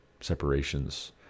separations